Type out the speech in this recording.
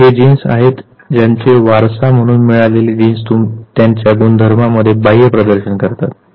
हे जीन्स आहेत ज्यांचे वारसा म्हणून मिळालेले जीन्स त्यांच्या गुणधर्मांचे बाह्य प्रदर्शन करतात